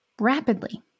Rapidly